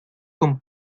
con